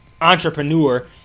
entrepreneur